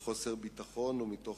בלי חוסר ביטחון וחרדה.